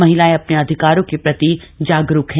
महिलाएं अपने अधिकारों के प्रति जागरूक हैं